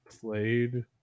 played